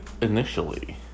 initially